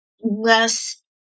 less